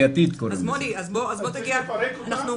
צריך לפרק אותה,